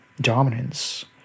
dominance